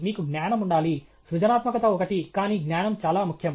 మీకు జ్ఞానం ఉండాలి సృజనాత్మకత ఒకటి కానీ జ్ఞానం చాలా ముఖ్యం